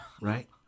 Right